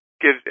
gives